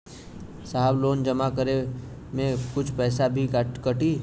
साहब लोन जमा करें में कुछ पैसा भी कटी?